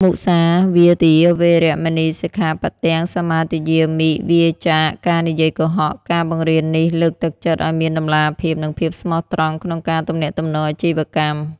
មុសាវាទា វេរមណី សិក្ខាបទំ សមាទិយាមិ វៀរចាកការនិយាយកុហក ការបង្រៀននេះលើកទឹកចិត្តឱ្យមានតម្លាភាព និងភាពស្មោះត្រង់ក្នុងការទំនាក់ទំនងអាជីវកម្ម។